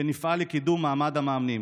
ונפעל לקידום מעמד המאמנים.